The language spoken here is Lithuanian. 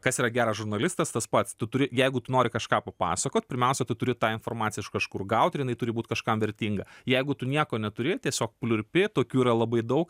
kas yra geras žurnalistas tas pats tu turi jeigu tu nori kažką papasakot pirmiausia tu turi tą informaciją iš kažkur gaut ir jinai turi būt kažkam vertinga jeigu tu nieko neturi tiesiog pliurpi tokių yra labai daug